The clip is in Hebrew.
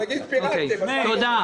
נגיד פירקתם, אז מה קורה?